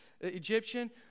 Egyptian